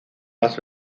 más